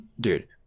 dude